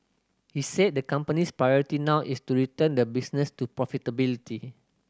he said the company's priority now is to return the business to profitability